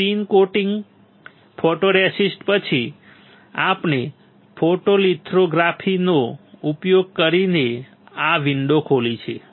spin coating photoresist પછી આપણે ફોટોલિથોગ્રાફીનો ઉપયોગ કરીને આ વિન્ડો ખોલી છે